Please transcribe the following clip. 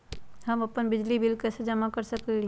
हम अपन बिजली बिल कैसे जमा कर सकेली?